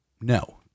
No